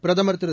பிரதமர் திரு